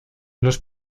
los